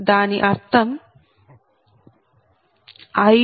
దాని అర్థం I2I4